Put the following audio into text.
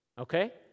okay